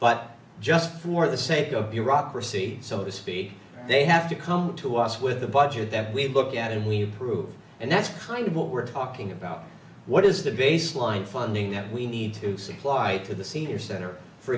but just for the sake of bureaucracy so to speak they have to come to us with a budget that we look at and we approve and that's kind of what we're talking about what is the baseline funding that we need to supply to the senior center for